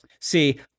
See